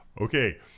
Okay